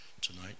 tonight